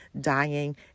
dying